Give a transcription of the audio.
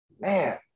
Man